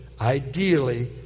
ideally